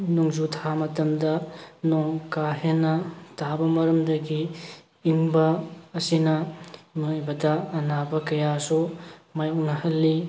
ꯅꯣꯡꯖꯨ ꯊꯥ ꯃꯇꯝꯗ ꯅꯣꯡ ꯀꯥꯍꯦꯟꯅ ꯇꯥꯕ ꯃꯔꯝꯗꯒꯤ ꯏꯪꯕ ꯑꯁꯤꯅ ꯃꯤꯑꯣꯏꯕꯗ ꯑꯅꯥꯕ ꯀꯌꯥꯁꯨ ꯃꯥꯌꯣꯛꯅꯍꯜꯂꯤ